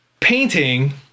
painting